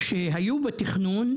שהיו בתכנון,